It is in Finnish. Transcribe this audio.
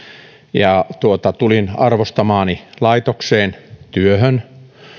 tulin arvostamaani laitokseen työhön